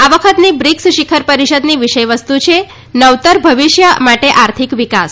આ વખતની બ્રિક્સ શિખરપરિષદની વિષય વસ્તુ છે નવતર ભવિષ્ય માટે આર્થિક વિકાસ